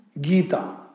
Gita